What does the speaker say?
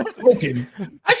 broken